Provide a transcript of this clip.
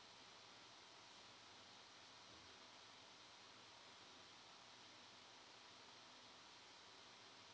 where to